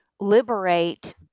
liberate